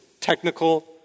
technical